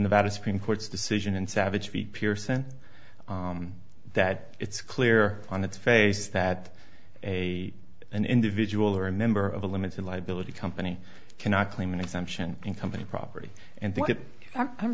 nevada supreme court's decision in savage pearson that it's clear on its face that a an individual or a member of a limited liability company cannot claim an exemption in company property and